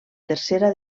tercera